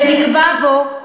ונקבע בו,